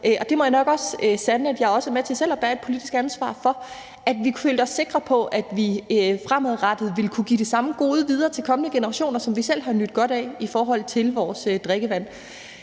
jeg må nok også sande, at jeg selv har været med til at bære et politisk ansvar for, at vi følte os sikre på, at vi fremadrettet ville kunne give det samme gode videre til kommende generationer, som vi selv har nydt godt af i forhold til vores drikkevand.